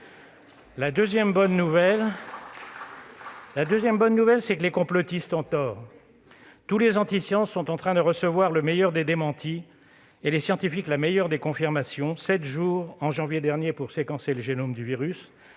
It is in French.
La deuxième bonne nouvelle, c'est que les complotistes ont tort. Tous les anti-science sont en train de recevoir le meilleur des démentis, et les scientifiques la meilleure des confirmations : 7 jours en janvier dernier pour séquencer le génome du virus